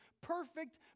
perfect